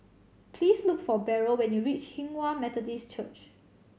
please look for Beryl when you reach Hinghwa Methodist Church